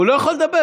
הוא לא יכול לדבר.